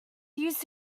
used